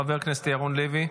חבר הכנסת ירון לוי,